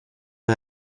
der